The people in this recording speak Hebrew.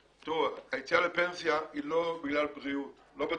היציאה לפנסיה היא לא בגלל בריאות, לא בטיסה.